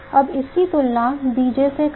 अब इसकी तुलना BJ से करें